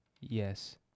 Yes